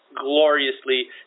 gloriously